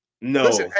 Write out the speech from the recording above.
No